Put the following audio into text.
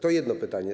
To jedno pytanie.